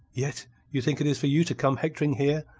yet you think it is for you to come hectoring here,